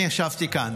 אני ישבתי כאן